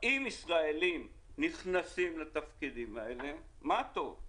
אם ישראלים נכנסים לתפקידים האלה, מה טוב.